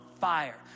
fire